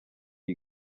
iyi